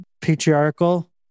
patriarchal